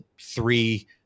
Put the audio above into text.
three